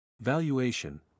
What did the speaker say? Valuation